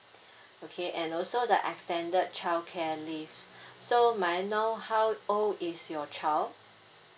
okay and also the extended childcare leave so may I know how old is your child